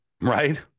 Right